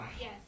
Yes